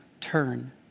turn